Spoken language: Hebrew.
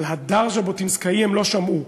על הדר ז'בוטינסקאי הם לא שמעו,